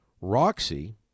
Roxy